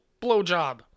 blowjob